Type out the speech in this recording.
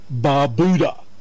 Barbuda